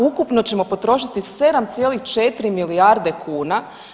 Ukupno ćemo potrošiti 7,4 milijarde kuna.